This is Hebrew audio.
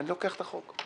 אני לוקח את החוק,